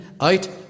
out